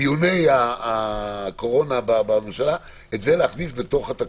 בדיוני הקורונה בממשלה את זה להכניס בתוך התקנות.